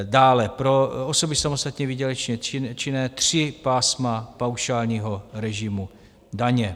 Dále pro osoby samostatně výdělečně činné tři pásma paušálního režimu daně.